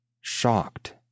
shocked